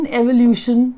evolution